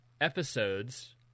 episodes